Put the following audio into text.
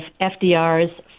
FDR's